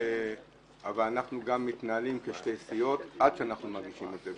אבל אנחנו מתנהלים כשתי סיעות עד שאנחנו מגישים את זה.